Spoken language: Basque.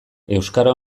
euskara